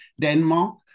Denmark